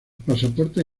pasaportes